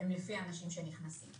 לפי האנשים שנכנסים.